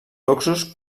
fluxos